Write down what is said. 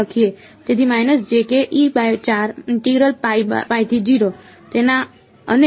તેથી તેના અને